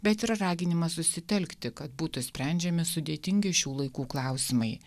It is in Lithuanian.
bet ir raginimas susitelkti kad būtų sprendžiami sudėtingi šių laikų klausimai